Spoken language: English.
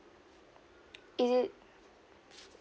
is it